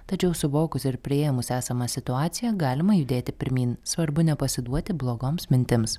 tačiau suvokus ir priėmus esamą situaciją galima judėti pirmyn svarbu nepasiduoti blogoms mintims